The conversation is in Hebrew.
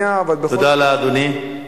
תודה לאדוני.